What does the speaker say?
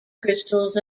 crystals